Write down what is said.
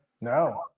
No